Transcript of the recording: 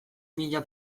mila